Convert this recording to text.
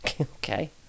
Okay